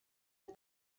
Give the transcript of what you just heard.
باز